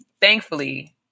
thankfully